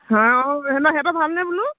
হয় অঁ সে সিহঁতৰ ভালনে বোলো